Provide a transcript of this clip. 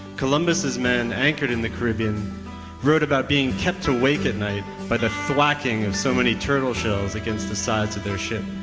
columbus' men anchored in the caribbean wrote about being kept awake at night by the thwacking of so many turtle shells against the sides of their ship.